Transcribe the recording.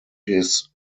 his